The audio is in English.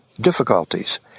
Difficulties